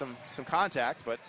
some some contact but